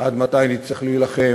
עד מתי נצטרך להילחם?